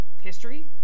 history